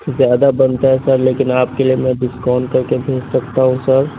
زیادہ بنتا ہے سر لیکن آپ کے لئے میں ڈسکاؤنٹ کر کے بھیج سکتا ہوں سر